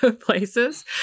places